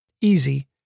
easy